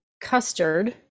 custard